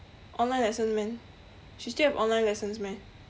online lesson meh she still have online lessons meh